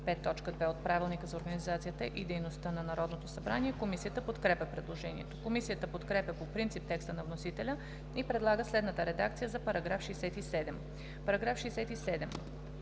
т. 2 от Правилника за организацията и дейността на Народното събрание. Комисията подкрепя предложението. Комисията подкрепя по принцип текста на вносителя и предлага следната редакция за § 67: „§ 67.